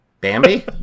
Bambi